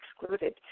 excluded